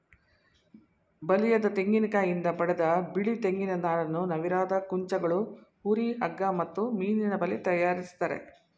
ಬಲಿಯದ ತೆಂಗಿನಕಾಯಿಂದ ಪಡೆದ ಬಿಳಿ ತೆಂಗಿನ ನಾರನ್ನು ನವಿರಾದ ಕುಂಚಗಳು ಹುರಿ ಹಗ್ಗ ಮತ್ತು ಮೀನಿನಬಲೆ ತಯಾರಿಸ್ತರೆ